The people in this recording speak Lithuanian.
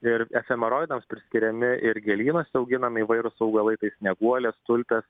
ir efemeroidams priskiriami ir gėlynuose auginami įvairūs augalai taip snieguolės tulpės